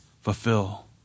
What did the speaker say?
fulfill